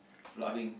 flooding